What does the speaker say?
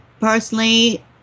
personally